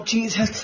Jesus